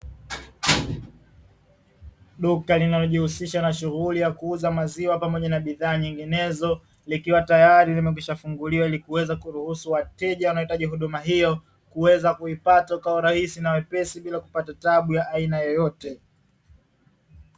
Duka linalojihusisha na shughuli ya kuuza maziwa pamoja na bidhaa nyinginezo ikiwa tayari limekwishafunguliwa, ili kuweza kuruhusu wateja unahitaji huduma hiyo kuweza kuipata kwa urahisi na wepesi bila kupata taabu ya aina yoyote.